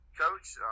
Coach